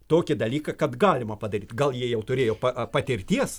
tokį dalyką kad galima padaryt gal jie jau turėjo pa patirties